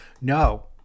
No